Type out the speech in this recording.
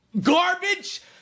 garbage